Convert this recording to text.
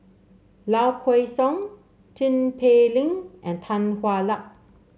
Low Kway Song Tin Pei Ling and Tan Hwa Luck